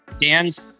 Dan's